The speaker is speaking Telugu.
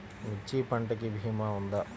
మిర్చి పంటకి భీమా ఉందా?